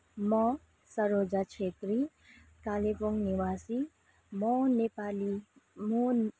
म सरोजा छेत्री कालेबुङ निवासी म नेपाली म